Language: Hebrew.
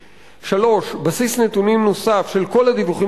3. בסיס נתונים נוסף של כל הדיווחים